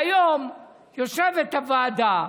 והיום יושבת הוועדה,